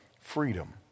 freedom